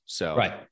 Right